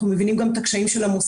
אנחנו מבינים גם את הקשיים של המוסדות.